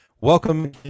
Welcome